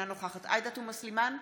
אינה נוכחת עאידה תומא סלימאן,